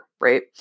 right